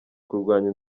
kurwanya